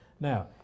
Now